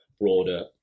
broader